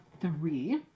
three